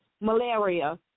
malaria